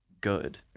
good